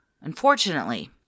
Unfortunately